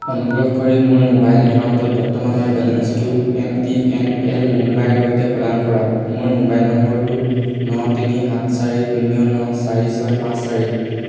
অনুগ্ৰহ কৰি মোৰ মোবাইল একাউণ্টত বৰ্তমানৰ বেলেন্সটো এম টি এন এল মুম্বাইৰ সৈতে প্ৰদান কৰক মোৰ মোবাইল নম্বৰটো ন তিনি সাত চাৰি শূন্য ন চাৰি ছয় পাঁচ চাৰি